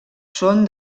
són